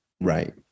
Right